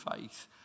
faith